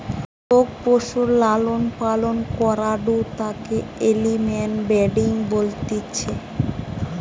লোক পশুর লালন পালন করাঢু তাকে এনিম্যাল ব্রিডিং বলতিছে